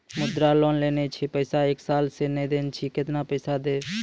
मुद्रा लोन लेने छी पैसा एक साल से ने देने छी केतना पैसा देब?